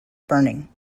burning